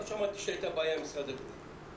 לא שמעתי שהייתה בעיה עם משרד הבריאות